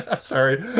sorry